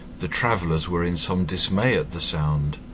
the travellers were in some dismay at the sound,